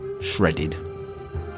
shredded